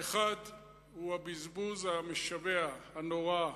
האחד הוא הבזבוז המשווע, הנורא,